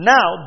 Now